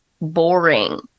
boring